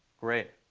great.